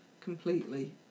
completely